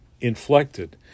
inflected